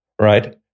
right